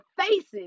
faces